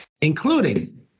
including